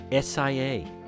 SIA